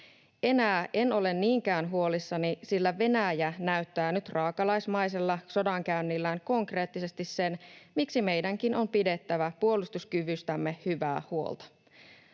Enää en ole niinkään huolissani, sillä Venäjä näyttää nyt raakalaismaisella sodankäynnillään konkreettisesti sen, miksi meidänkin on pidettävä puolustuskyvystämme hyvää huolta.